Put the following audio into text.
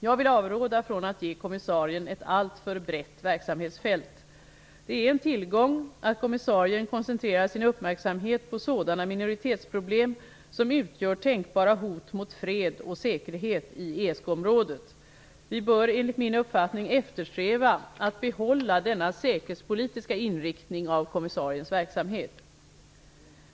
Jag vill avråda från att ge kommissarien ett alltför brett verksamhetsfält. Det är en tillgång att kommissarien koncentrerar sin uppmärksamhet på sådana minoritetsproblem som utgör tänkbara hot mot fred och säkerhet i ESK-området. Vi bör enligt min uppfattning eftersträva att behålla denna säkerhetspolitiska inriktning av kommissariens verksamhet.